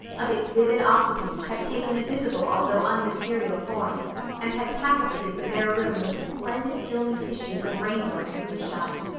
of its vivid occupant had taken a visible although unmaterial form and had tapestried the bare room with splendid filmy tissues of rainbow and moonshine.